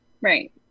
right